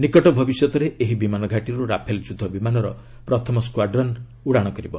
ନିକଟ ଭବିଷ୍ୟତରେ ଏହି ବିମାନ ଘାଟିରୁ ରାଫେଲ୍ ଯୁଦ୍ଧ ବିମାନର ପ୍ରଥମ ସ୍କାଡ୍ରନ୍ ଉଡ଼ାଣ କରିବ